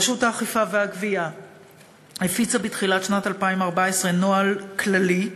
רשות האכיפה והגבייה הפיצה בתחילת שנת 2014 נוהל כללי,